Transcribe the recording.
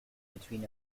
between